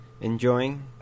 enjoying